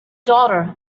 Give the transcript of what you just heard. daughter